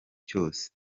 cyose